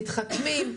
מתחכמים.